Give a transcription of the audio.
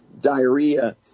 diarrhea